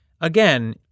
again—